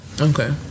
Okay